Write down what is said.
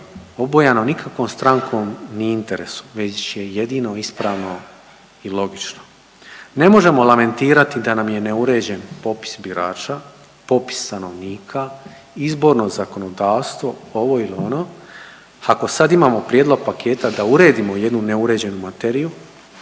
obojano nikakvom strankom ni interesom, već je jedino ispravno i logično. Ne možemo lamentirati da nam je neuređen popis birača, popis stanovnika, Izborno zakonodavstvo, ovo ili ono ako sad imamo prijedlog paketa da uredimo jednu neuređenu materiju,